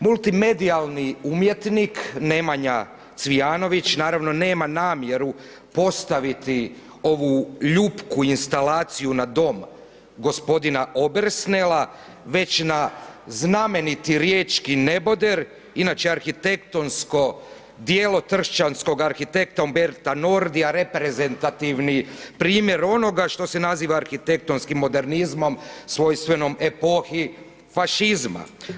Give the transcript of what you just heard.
Multimedijalni umjetnik Nemanja Cvijanović naravno nema namjeru postaviti ovu ljupku instalaciju na dom gospodina Obersnela već na znameniti Riječki neboder, inače arhitektonsko djelo tršćanskog arhitekta Umberta Nordia reprezentativni primjer onoga što se naziva arhitektonski modernizmom svojstvenom epohi fašizma.